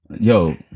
Yo